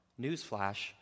Newsflash